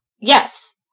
yes